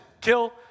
kill